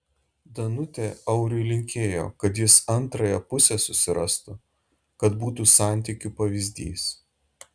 danutė auriui linkėjo kad jis antrąją pusę susirastų kad būtų santykių pavyzdys